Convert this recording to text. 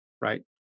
right